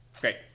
great